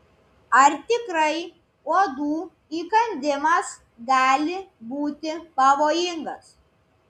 ar tikrai uodų įkandimas gali būti pavojingas